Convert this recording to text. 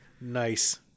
Nice